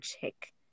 check